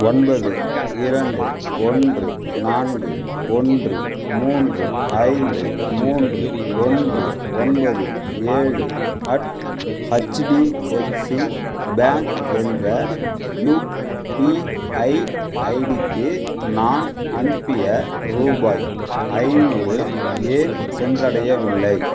ஒன்பது இரண்டு ஒன்று நான்கு ஒன்று மூன்று ஐந்து மூன்று ஒன்று ஒன்பது ஏழு அட் ஹச்சிடிஎஃப்சி பேங்க் என்ற யுபிஐ ஐடிக்கு நான் அனுப்பிய ரூபாய் ஐந்நூறு ஏன் சென்றடையவில்லை